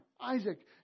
Isaac